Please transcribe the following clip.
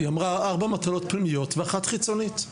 היא אמרה ארבע מטלות פנימיות ואחת חיצונית,